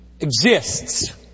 exists